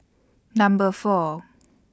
Number four